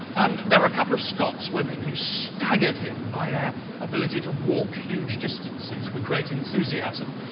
um there were a couple of scotswomen who staggered him by their ability to walk huge distances with great enthusiasm.